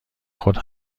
خود